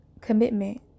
commitment